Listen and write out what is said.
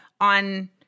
on